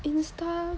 Insta